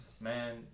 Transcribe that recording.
man